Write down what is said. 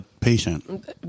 patient